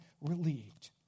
relieved